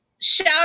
Shout